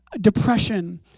depression